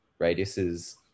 radiuses